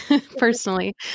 personally